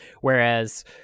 whereas